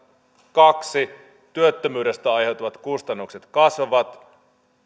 kaksi työttömyydestä aiheutuvat kustannukset kasvavat